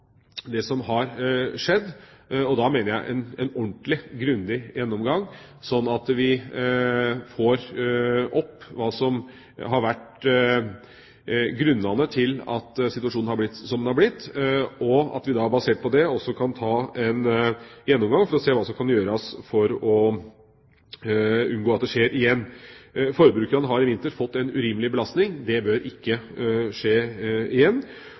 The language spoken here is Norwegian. det som har skjedd. Da mener jeg en ordentlig, grundig gjennomgang, sånn at vi får opp hva som har vært grunnene til at situasjonen har blitt som den har blitt, og basert på det kan ta en gjennomgang for å se hva som kan gjøres for å unngå at det skjer igjen. Forbrukerne har i vinter fått en urimelig belastning. Det bør ikke skje igjen.